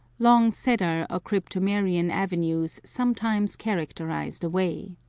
long cedar or cryptomerian avenues sometimes characterize the way.